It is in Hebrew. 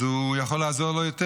אז הוא יכול לעזור לו יותר.